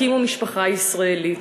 הקימו משפחה ישראלית,